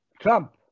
Trump